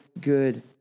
good